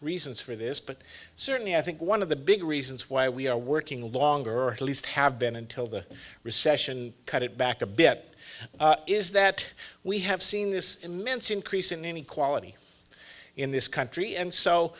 reasons for this but certainly i think one of the big reasons why we are working longer or at least have been until the recession cut it back a bit is that we have seen this immense increase in inequality in this country and so